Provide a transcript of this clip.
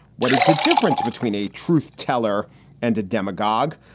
what is the difference between a truth teller and a demagogue?